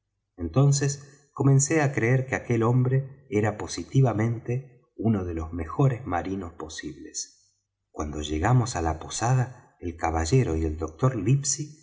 entonces comencé á creer que aquel hombre era positivamente uno de los mejores marinos posibles cuando llegamos á la posada el caballero y el doctor